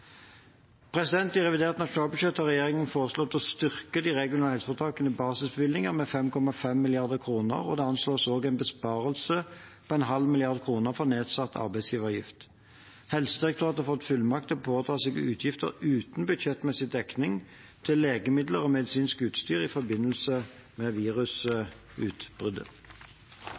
I revidert nasjonalbudsjett har regjeringen foreslått å styrke de regionale helseforetakenes basisbevilgninger med 5,5 mrd. kr. Det anslås også en besparelse på en halv milliard kroner for nedsatt arbeidsgiveravgift. Helsedirektoratet har fått fullmakt til å pådra seg utgifter uten budsjettmessig dekning til legemidler og medisinsk utstyr i forbindelse med